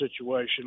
situation